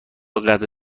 قدر